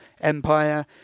empire